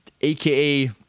aka